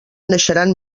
naixeran